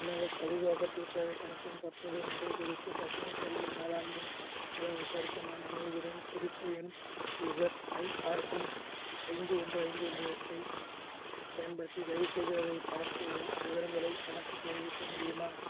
எனது கழிவு அகற்றல் சேவைக் கணக்கின் தற்போதைய நிலை குறித்து பசுமைக் கழிவு மேலாண்மை உடன் விசாரிக்க நான் அணுகுகிறேன் குறிப்பு எண் இசட்ஐஆர்பி ஐந்து ஒன்று ஐந்து ஒன்று எட்டைப் பயன்படுத்தி தயவுசெய்து அதைப் பார்த்து வ் விவரங்களை எனக்குத் தெரிவிக்க முடியுமா